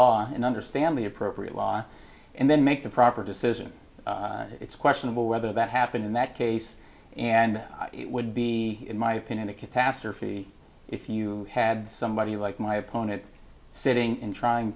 law and understand the appropriate law and then make the proper decision it's questionable whether that happened in that case and it would be in my opinion a catastrophe if you had somebody like my opponent sitting in trying